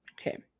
Okay